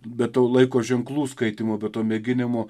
bet to laiko ženklų skaitymo be to mėginimo